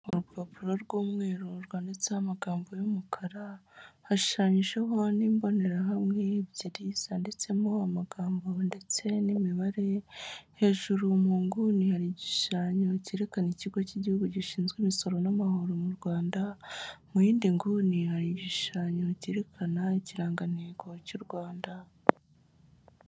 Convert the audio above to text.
Urupapuro rw'umweru rwanditseho amagambo y'umukara, hashushanyijeho n'imbonerahamwe ebyiri zanditsemo amagambo ndetse n'imibare, hejuru mu nguni hari igishushanyo cyerekana ikigo cy'igihugu gishinzwe imisoro n'amahoro mu Rwanda, mu yindi nguni hari igishushanyo cyerekana ikirangantego cy'u Rwanda.